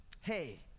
Hey